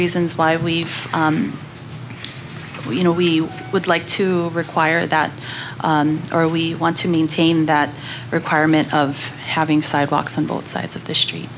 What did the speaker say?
reasons why we you know we would like to require that are we want to maintain that requirement of having sidewalks on both sides of the street